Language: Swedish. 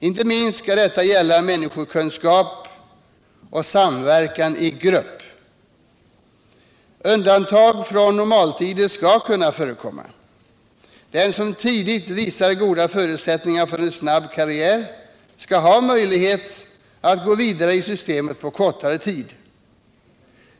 Inte minst skall detta gälla människokunskap och samverkan i grupp. Undantag från normaltider skall kunna förekomma. Den som tidigt visar goda förutsättningar för en snabb karriär skall ha möjlighet att gå vidare i systemet på kortare tid.